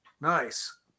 nice